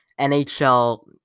NHL